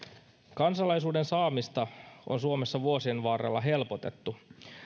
kansalaisuuden saamista on suomessa vuosien varrella helpotettu